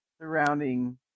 surrounding